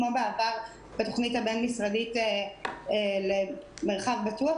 כמו בעבר בתוכנית הבין-משרדית למרחב בטוח,